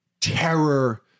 terror